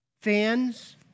Fans